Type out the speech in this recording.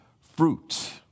Fruit